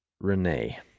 Renee